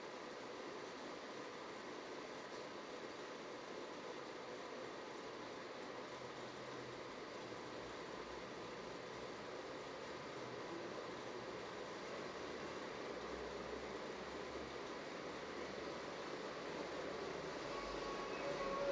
mm